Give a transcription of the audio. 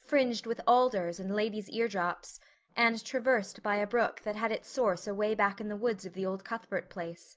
fringed with alders and ladies' eardrops and traversed by a brook that had its source away back in the woods of the old cuthbert place